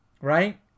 Right